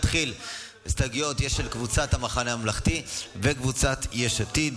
יש הסתייגויות של קבוצת המחנה הממלכתי וקבוצת יש עתיד.